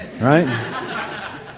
right